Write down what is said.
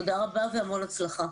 תודה רבה והמון הצלחה.